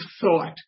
thought